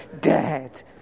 Dead